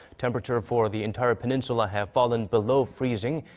temperatures for the entire peninsula have fallen below freezing,